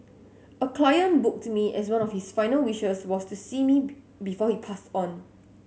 a client booked me as one of his final wishes was to see me before he passed on